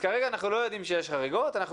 כרגע אנחנו לא יודעים שיש חריגות,